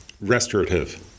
restorative